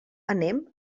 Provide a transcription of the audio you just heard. anem